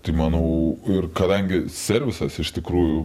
tai manau ir kadangi servisas iš tikrųjų